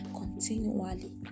continually